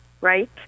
right